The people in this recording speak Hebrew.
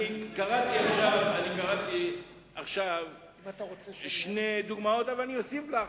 קראתי עכשיו שתי דוגמאות, אבל אני אוסיף לך.